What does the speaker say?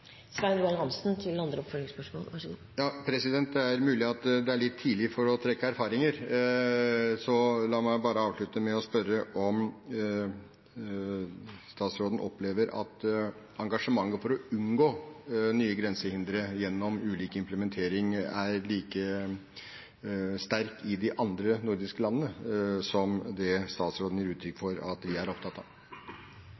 Det er mulig at det er litt tidlig å høste erfaringer, så la meg bare avslutte med å spørre om statsråden opplever at engasjementet for å unngå nye grensehindre gjennom ulik implementering er like sterk i de andre nordiske landene som det statsråden gir uttrykk